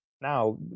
Now